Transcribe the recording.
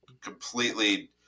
completely